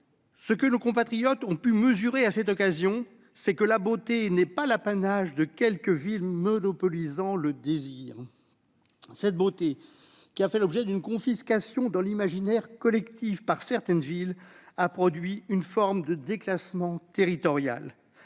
Ce que nos compatriotes ont pu mesurer à cette occasion, c'est que la beauté n'est pas l'apanage de quelques villes qui monopolisent le désir. Cette beauté, qui a fait l'objet dans l'imaginaire collectif d'une confiscation par certaines villes, a produit une forme de déclassement territorial.